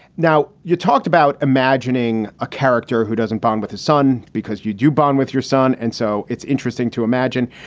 now, you talked about imagining a character who doesn't bond with his son because you do bond with your son. and so it's interesting to imagine.